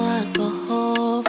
alcohol